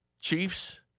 Chiefs